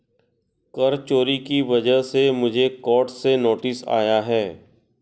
कर चोरी की वजह से मुझे कोर्ट से नोटिस आया है